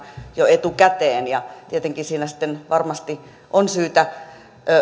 jo etukäteen tietenkin siinä sitten varmasti on syytä